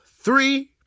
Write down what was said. three